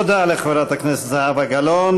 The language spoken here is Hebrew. תודה לחברת הכנסת זהבה גלאון.